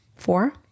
Four